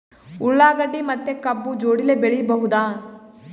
ಉಳ್ಳಾಗಡ್ಡಿ ಮತ್ತೆ ಕಬ್ಬು ಜೋಡಿಲೆ ಬೆಳಿ ಬಹುದಾ?